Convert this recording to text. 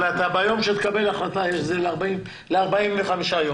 אבל ביום שתקבל החלטה, זה יהיה ל-45 יום.